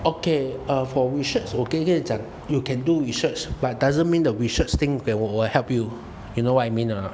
okay uh for research 我可以跟你讲 you can do research but doesn't mean that research thing they will help you you know what I mean or not